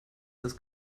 das